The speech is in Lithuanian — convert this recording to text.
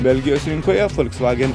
belgijos rinkoje folksvagen